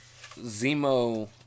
Zemo